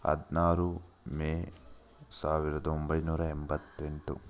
ಹದಿನಾರು ಮೇ ಸಾವಿರದ ಒಂಬೈನೂರ ಎಂಬತ್ತೆಂಟು